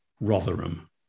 Rotherham